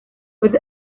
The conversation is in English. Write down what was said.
with